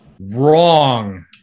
Wrong